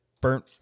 burnt